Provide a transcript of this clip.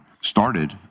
started